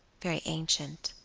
very ancient.